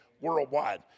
worldwide